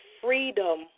freedom